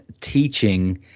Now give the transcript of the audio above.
teaching